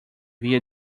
via